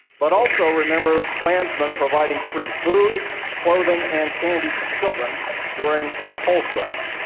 but also remembered klansmen providing free food, clothing and candy to children during the coal strikes.